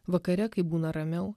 vakare kai būna ramiau